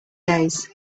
days